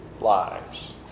lives